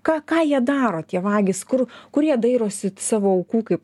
ką ką jie daro tie vagys kur kur jie dairosi savo aukų kaip